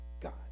God